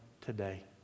today